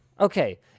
Okay